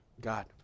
God